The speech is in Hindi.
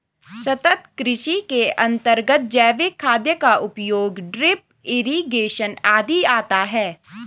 सतत् कृषि के अंतर्गत जैविक खाद का उपयोग, ड्रिप इरिगेशन आदि आता है